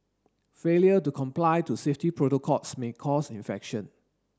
failure to comply to safety protocols may cause infection